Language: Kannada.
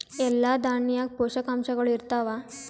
ಎಲ್ಲಾ ದಾಣ್ಯಾಗ ಪೋಷಕಾಂಶಗಳು ಇರತ್ತಾವ?